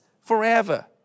forever